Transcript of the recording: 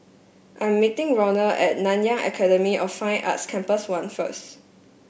I'm meeting Ronald at Nanyang Academy of Fine Arts Campus One first